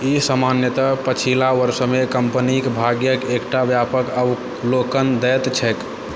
ई सामान्यतः पछिला वर्षमे कम्पनीके भाग्यक एकटा व्यापक अवलोकन दैत छैक